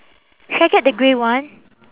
should I get the grey one